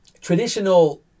traditional